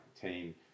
team